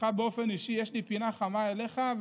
באופן אישי יש לי פינה חמה אליך,